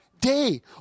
day